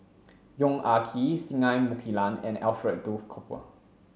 Yong Ah Kee Singai Mukilan and Alfred Duff Cooper